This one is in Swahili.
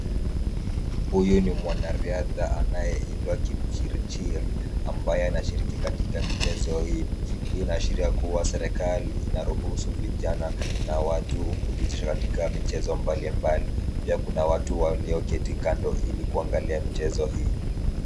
Huyu ni mwanariadha anayeitwa Kipchirchir ambaye anashiriki katika mchezo hii. Hii inaashiria kuwa serikali inaruhusu vijana na watu kujihusisha katika michezo mbalimbali. Pia kuna watu walioketi kando ilikuangalia michezo hii.